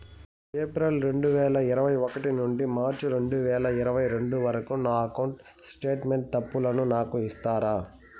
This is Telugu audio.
ఏప్రిల్ రెండు వేల ఇరవై ఒకటి నుండి మార్చ్ రెండు వేల ఇరవై రెండు వరకు నా అకౌంట్ స్టేట్మెంట్ తప్పులను నాకు ఇస్తారా?